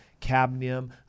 cadmium